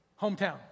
hometown